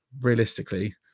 realistically